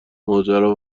ماجرا